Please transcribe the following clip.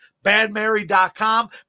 Badmary.com